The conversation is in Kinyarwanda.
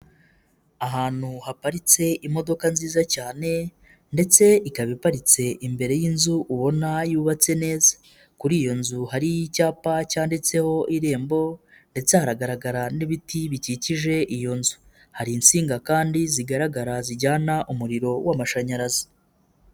Ahantu haparitse imodoka nziza cyane ndetse ikaba iparitse imbere y'inzu ubona yubatse neza, kuri iyo nzu hari i'icyapa cyanditseho irembo ndetse hahanagaragara n'ibiti bikikije iyo nzu, hari insinga kandi zigaragara zijyana umuriro w'amashanyarazi.